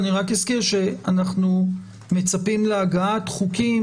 אני רק אזכיר שאנחנו מצפים להגעת חוקים